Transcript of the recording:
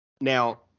Now